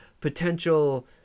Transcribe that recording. potential